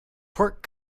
pork